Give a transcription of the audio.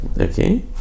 okay